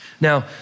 Now